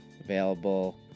available